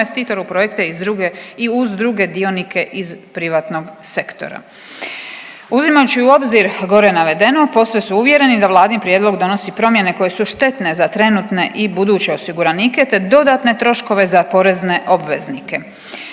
u projekte i uz druge dionike iz privatnog sektora. Uzimajući u obzir gore navedeno posve su uvjereni da Vladin prijedlog donosi promjene koje su štetne za trenutne i buduće osiguranike, te dodatne troškove za porezne obveznike.